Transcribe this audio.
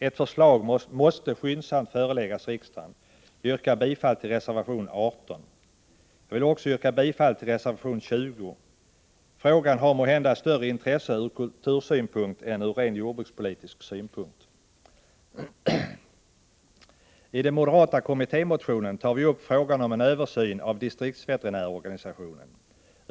Ett förslag måste skyndsamt föreläggas riksdagen. Jag yrkar bifall till reservation 18. Jag vill också yrka bifall till reservation 20. Men frågan om stödet till linodling har måhända större intresse från kultursynpunkt än från ren jordbrukspolitisk synpunkt. I den moderata kommittémotionen tar vi upp frågan om en översyn av distriktsveterinärorganisationen.